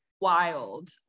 wild